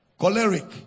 choleric